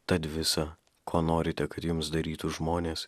tad visa ko norite kad jums darytų žmonės